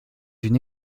une